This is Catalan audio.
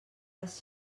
les